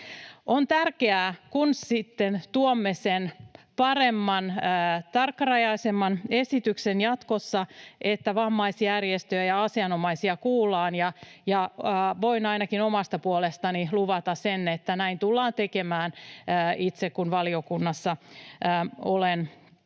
On tärkeää, kun sitten tuomme sen paremman, tarkkarajaisemman esityksen jatkossa, että vammaisjärjestöjä ja asianomaisia kuullaan, ja voin ainakin omasta puolestani luvata sen, että näin tullaan tekemään — itse kun valiokunnassa olen